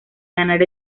ganar